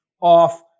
off